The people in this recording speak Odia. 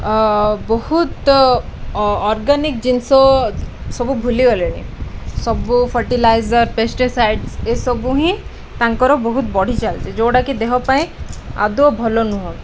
ବହୁତ ଅ ଅର୍ଗାନିକ୍ ଜିନିଷ ସବୁ ଭୁଲିଗଲେଣି ସବୁ ଫର୍ଟିଲାଇଜର ପେଷ୍ଟିସାଇଡ଼୍ସ ଏସବୁ ହିଁ ତାଙ୍କର ବହୁତ ବଢ଼ି ଚାଲିଛି ଯେଉଁଟାକି ଦେହ ପାଇଁ ଆଦୌ ଭଲ ନୁହଁ